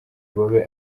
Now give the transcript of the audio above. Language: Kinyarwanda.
babe